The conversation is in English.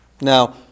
Now